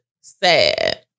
sad